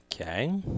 Okay